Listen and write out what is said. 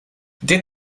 dit